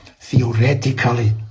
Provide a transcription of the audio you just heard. theoretically